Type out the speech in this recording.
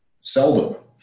seldom